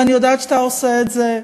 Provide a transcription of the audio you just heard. ואני יודעת שאתה עושה את זה.